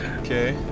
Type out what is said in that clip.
Okay